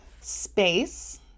space